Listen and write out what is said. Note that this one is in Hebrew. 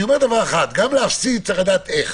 גם מעשית צריך לדעת איך.